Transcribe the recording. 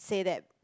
say that